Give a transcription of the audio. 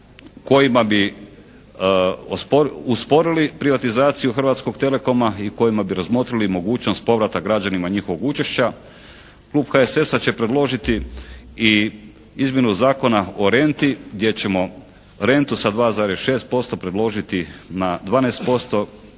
kojima bi usporili privatizaciju Hrvatskog telekoma i kojima bi razmotrili mogućnost povrata građanima njihovog učešća. Klub HSS-a će predložiti i izmjenu Zakona o renti gdje ćemo rentu sa 2,6% predložiti na 12%